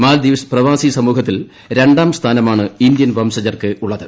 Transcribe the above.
Maldives പ്രവാസി സമൂഹത്തിൽ രണ്ടാം സ്ഥാനമാണ് ഇന്ത്യൻ വംശജർക്കുള്ളത്